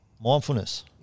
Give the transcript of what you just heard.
Mindfulness